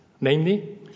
Namely